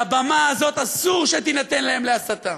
שהבמה הזאת, אסור שתינתן להם להסתה.